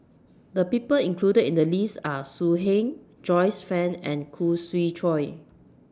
The People included in The list Are So Heng Joyce fan and Khoo Swee Chiow